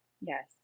yes